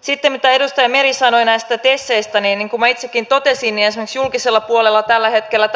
sitten mitä edustaja meri sanoi näistä teseistä niin kuin minä itsekin totesin esimerkiksi julkisella puolella tästä on tällä hetkellä